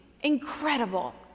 incredible